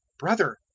brother,